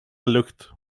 looked